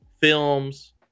films